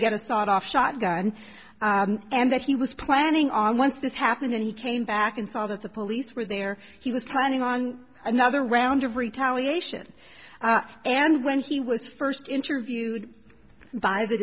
get a sawed off shotgun and that he was planning on once that happened and he came back and saw that the police were there he was planning on another round of retaliation and when he was first interviewed by the